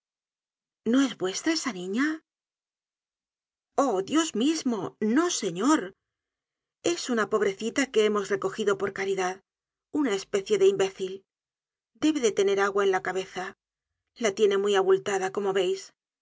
no es vuestra esa niña oh dios mismo no señor es una pobrecita que hemos recogido por caridad una especie de imbécil debe de tener agua en la cabeza la tiene muy abultada como veis